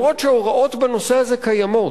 אף-על-פי שהוראות בנושא הזה קיימות,